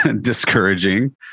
discouraging